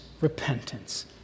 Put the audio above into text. repentance